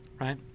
right